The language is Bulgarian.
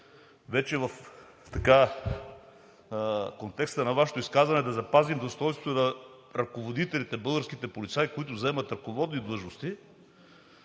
вече така в контекста и на Вашето изказване – да запазим достойнството на ръководителите, българските полицаи, заемащи ръководни длъжности,